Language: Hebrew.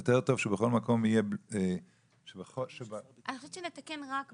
יותר טוב שבכל מקום יהיה --- אני חושבת שנתקן רק בהגדרה.